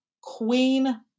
Queen